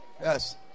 Yes